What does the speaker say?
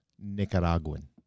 Nicaraguan